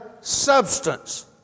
substance